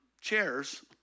chairs